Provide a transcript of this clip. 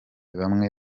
bamwe